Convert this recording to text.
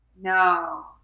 no